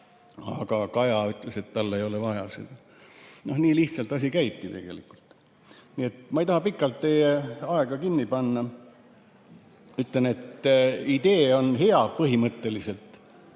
aga Kaja ütles, et tal ei ole vaja seda. Nii lihtsalt asi käibki tegelikult. Ma ei taha pikalt teie aega kinni panna. Ütlen, et idee on hea põhimõtteliselt,